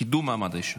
קידום מעמד האישה.